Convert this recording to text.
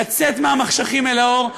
לצאת מהמחשכים אל האור,